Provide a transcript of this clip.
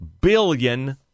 billion